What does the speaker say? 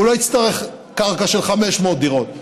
הוא לא יצטרך קרקע של 500 דירות,